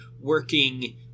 working